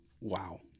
wow